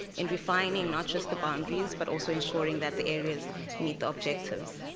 and refining not just the boundaries, but also ensuring that the areas meet the objectives.